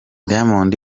diamond